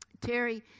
Terry